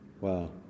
Wow